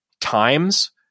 times